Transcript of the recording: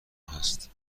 هست